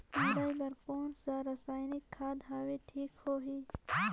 मुरई बार कोन सा रसायनिक खाद हवे ठीक होही?